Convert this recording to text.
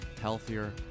healthier